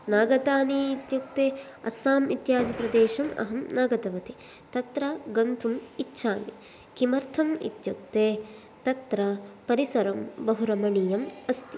न गतानि इत्युक्ते अस्साम् इत्यादि प्रदेशम् अहं न गतवती तत्र गन्तुम् इच्छामि किमर्थम् इत्युक्ते तत्र परिसरं बहु रमणीयम् अस्ति